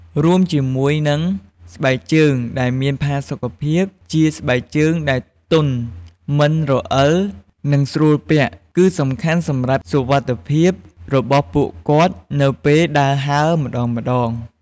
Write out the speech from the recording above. រួមជាមួយនឹង ស្បែកជើងដែលមានផាសុកភាព ជាស្បែកជើងដែលទន់ មិនរអិល និងស្រួលពាក់ គឺសំខាន់សម្រាប់សុវត្ថិភាពរបស់ពួកគាត់នៅពេលដើរហើរម្តងៗ។